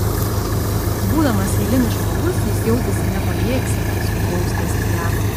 būdamas eilinis žmogus jis jautėsi nepajėgsiantis nubausti astiago